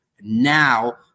now